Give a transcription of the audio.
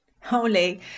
Holy